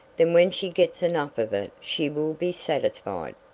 then when she gets enough of it she will be satisfied.